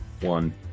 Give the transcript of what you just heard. one